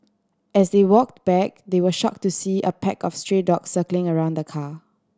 as they walked back they were shock to see a pack of stray dog circling around the car